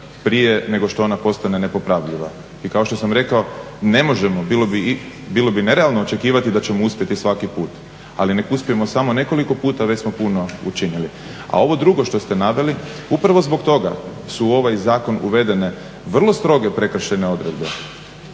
prije nego što ona postane nepopravljiva. I kao što sam rekao ne možemo, bilo bi nerealno očekivati da ćemo uspjeti svaki put. Ali nek uspijemo samo nekoliko puta već smo puno učinili. A ovo drugo što ste naveli, upravo zbog toga su u ovaj zakon uvedene vrlo stroge prekršajne odredbe